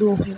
دو ہیں